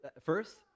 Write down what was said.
first